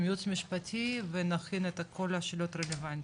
היועמ"ש ונכין את כל השאלות הרלוונטיות.